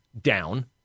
down